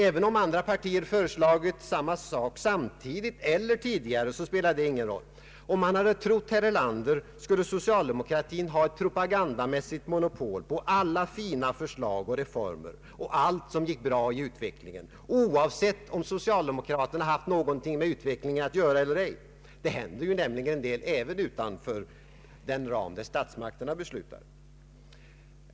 även om andra partier föreslagit samma sak samtidigt eller tidigare spelade det ingen roll. Om man hade trott herr Erlander skulle socialdemokratin ha ett propagandamässigt monopol på alla fina förslag och reformer och allt som gick bra i utvecklingen, oavsett om socialdemokraterna haft något att göra med utvecklingen eller ej. — Det händer ju nämligen en hel del även utanför den ram där statsmakterna beslutar.